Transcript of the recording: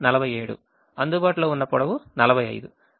అందుబాటులో ఉన్న పొడవు 45